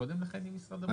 קודם לכן עם משרד הבריאות?